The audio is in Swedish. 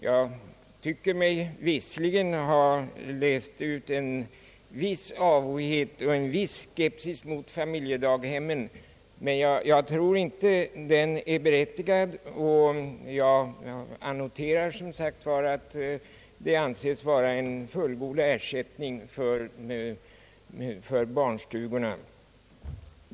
Jag tycker mig visserligen i propositionen ha läst ut en viss avoghet och skepsis mot familjedaghemmen, men jag hoppas att det inte är berättigat; och jag annoterar som sagt att de anses bli en fullgod ersättning för barnstugorna.